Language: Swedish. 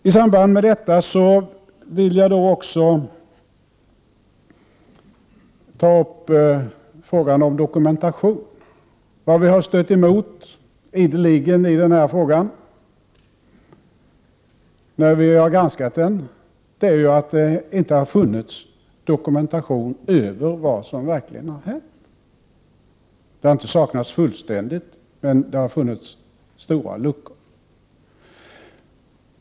I samband med detta vill jag också ta upp frågan om dokumentation. Vad vi ideligen har stött emot när vi har granskat den här frågan är ju att det inte har funnits dokumentation över vad som verkligen har hänt. Den har inte saknats fullständigt, men det har funnits stora luckor.